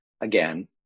again